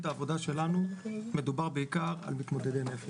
העבודה שלנו מדובר בעיקר על מתמודדי נפש.